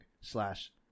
slash